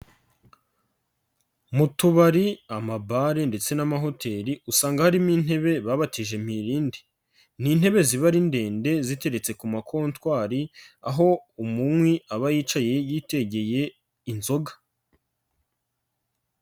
Mu tubari amabare ndetse n'amahoteli usanga harimo intebe babatije imirindi, n'intebe ziba ari ndende ziteretse ku ma kotwari aho umunwi aba yicaye yitegeye inzoga.